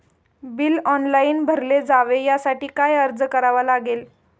Bill online भरले जावे यासाठी काय अर्ज करावा लागेल?